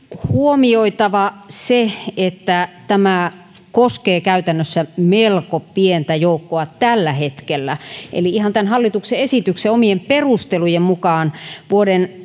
huomioitava se että tämä koskee käytännössä melko pientä joukkoa tällä hetkellä eli ihan tämän hallituksen esityksen omien perustelujen mukaan vuoden